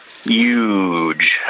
Huge